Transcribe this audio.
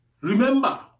Remember